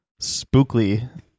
Spookly